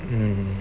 um